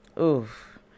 oof